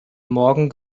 morgen